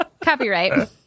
Copyright